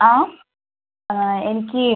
ആ എനിക്ക്